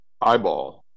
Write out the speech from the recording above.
eyeball